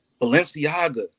Balenciaga